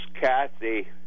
Kathy